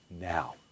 now